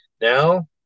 now